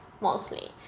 mostly